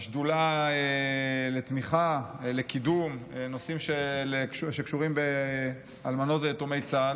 השדולה לתמיכה ולקידום הנושאים שקשורים באלמנות ויתומי צה"ל.